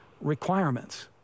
requirements